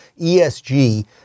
ESG